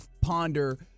ponder